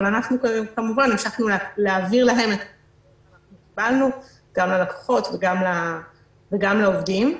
המשכנו להבהיר להם --- גם ללקוחות וגם לעובדים.